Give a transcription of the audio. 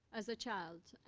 as a child.